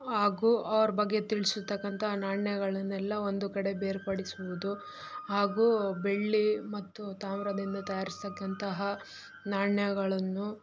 ಹಾಗೂ ಅವರ ಬಗ್ಗೆ ತಿಳಿಸತಕ್ಕಂಥ ನಾಣ್ಯಗಳನ್ನೆಲ್ಲ ಒಂದು ಕಡೆ ಬೇರ್ಪಡಿಸುವುದು ಹಾಗೂ ಬೆಳ್ಳಿ ಮತ್ತು ತಾಮ್ರದಿಂದ ತಯಾರಿಸತಕ್ಕಂತಹ ನಾಣ್ಯಗಳನ್ನು